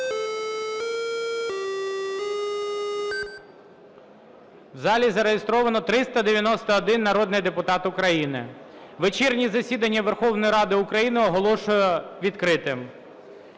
В залі зареєстровано 391 народний депутат України. Вечірнє засідання Верховної Ради України оголошую відкритим.